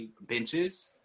benches